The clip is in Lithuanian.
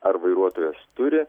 ar vairuotojas turi